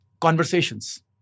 conversations